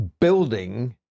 building